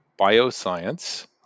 bioscience